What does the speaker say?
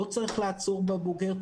לא צריך לעצור בבוגר,